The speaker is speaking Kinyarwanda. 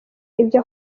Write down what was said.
ibyo